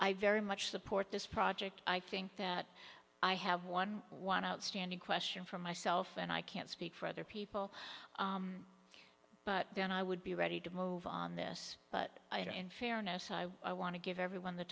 i very much support this project i think that i have won one outstanding question from myself and i can't speak for other people but then i would be ready to move on this but i in fairness i want to give everyone